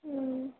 ம்